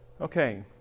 okay